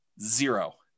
Zero